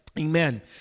Amen